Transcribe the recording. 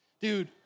dude